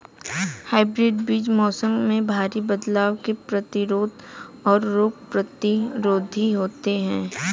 hybrid बीज मौसम में भारी बदलाव के प्रतिरोधी और रोग प्रतिरोधी होते हैं